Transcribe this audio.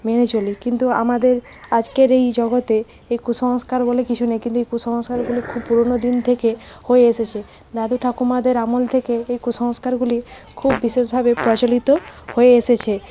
মেনে চলি কিন্তু আমাদের আজকের এই জগতে এই কুসংস্কার বলে কিছু নেই কিন্তু এই কুসংস্কারগুলি খুব পুরোনো দিন থেকে হয়ে এসেছে দাদু ঠাকুমাদের আমল থেকে এই কুসংস্কারগুলি খুব বিশেষভাবে প্রচলিত হয়ে এসেছে